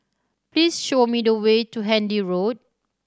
please show me the way to Handy Road